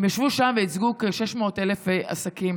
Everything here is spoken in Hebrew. הם ישבו שם וייצגו כ-600,000 עסקים.